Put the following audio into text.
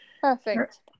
Perfect